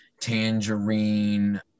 Tangerine